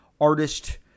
artist